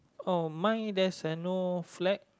oh mine there's an old flag